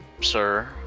sir